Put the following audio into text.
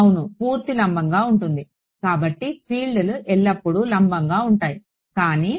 అవును పూర్తి లంబంగా ఉంటుంది కాబట్టి ఫీల్డ్లు ఎల్లప్పుడూ లంబంగా ఉంటాయి కానీ